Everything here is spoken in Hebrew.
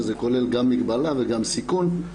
שזה כולל גם מגבלה וגם סיכון.